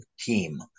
team